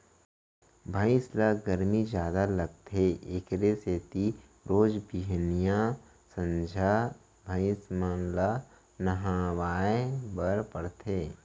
भइंस ल गरमी जादा लागथे एकरे सेती रोज बिहनियॉं, संझा भइंस मन ल नहवाए बर परथे